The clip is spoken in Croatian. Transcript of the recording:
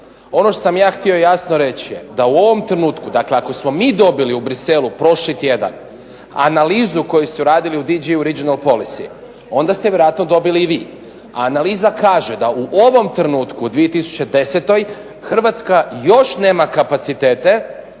ono što sam ja htio jasno reći je da u ovom trenutku, dakle ako smo mi dobili u Bruxellesu prošli tjedan analizu koji su radili u DG Original Policy onda ste je vjerojatno dobili i vi. A analiza kaže da u ovom trenutku u 2010. Hrvatska još nema kapacitete